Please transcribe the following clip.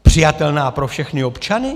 Přijatelná pro všechny občany?